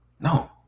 No